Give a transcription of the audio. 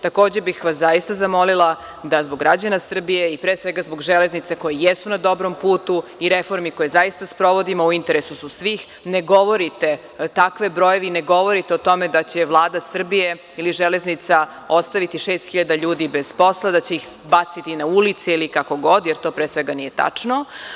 Takođe bih vas zaista zamolila da zbog građana Srbije i pre svega zbog železnice koje jesu na dobrom putu, i reformi koje zaista sprovodimo u interesu svih, takve brojeve ne govorite o tome da će Vlada Srbije ili „Železnica“ ostaviti 6.000 ljudi bez posla, da će ih baciti na ulice ili kako god, jer to pre svega nije tačno.